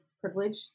privilege